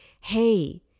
hey